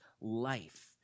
life